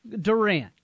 Durant